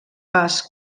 pas